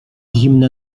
zimne